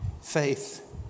faith